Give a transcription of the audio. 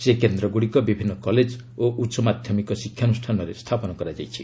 ସେହି କେନ୍ଦ୍ରଗୁଡ଼ିକ ବିଭିନ୍ନ କଲେଜ ଓ ଉଚ୍ଚମାଧ୍ୟମିକ ଶିକ୍ଷାଅନୁଷ୍ଠାନରେ ସ୍ଥାପନ କରାଯାଇଛି